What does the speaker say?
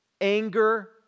anger